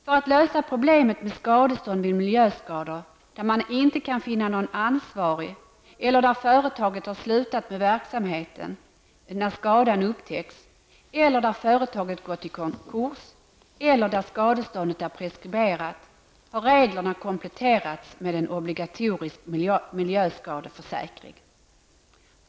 För att lösa problemet med skadestånd vid miljöskador där man inte kan finna någon ansvarig, eller där företaget har slutat med verksamheten när skadan upptäcks, eller där företaget gått i konkurs, eller där skadeståndet är preskriberat, har reglerna kompletterats med en obligatorisk miljöskadeförsäkring.